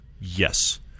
Yes